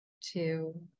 two